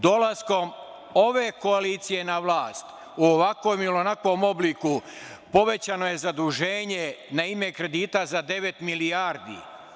Dolaskom ove koalicije na vlast, u ovakvom ili onakvom obliku povećano je zaduženje kredita za devet milijardi.